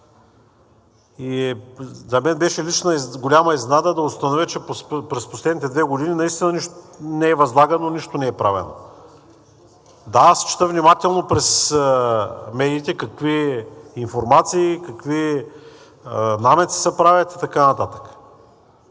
За мен лично беше голяма изненада да установя, че през последните две години наистина нищо не е възлагано, нищо не е правено. Да, аз чета внимателно през медиите какви информации, какви намеци се правят и така нататък.